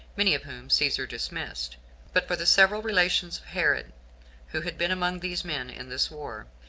many of whom caesar dismissed but for the several relations of herod who had been among these men in this war,